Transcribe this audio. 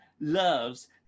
loves